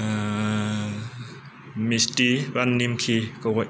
मिस्ति बा निमखिखौहाय